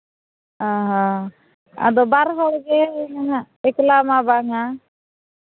ᱚ ᱦᱚᱸ ᱟᱫᱚ ᱵᱟᱨ ᱦᱚᱲᱜᱮ ᱢᱮᱱᱟᱜ ᱮᱠᱞᱟ ᱢᱟ ᱵᱟᱝᱟ